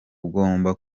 ugomba